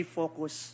focus